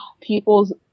People's